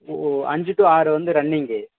ஓ அஞ்சு டூ ஆறு வந்து ரன்னிங்கு